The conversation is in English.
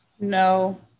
No